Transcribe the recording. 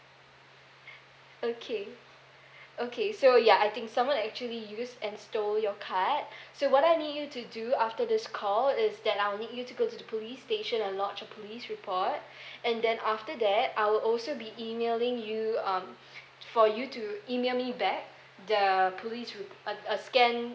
okay okay so ya I think someone actually used and stole your card so what I need you to do after this call is that I will need you to go to the police station and lodge a police report and then after that I will also be emailing you um for you to email me back the police rep~ uh a scanned